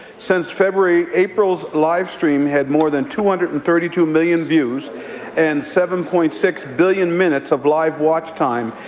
since february, april's livestream has had more than two hundred and thirty two million views and seven point six billion minutes of live watch time,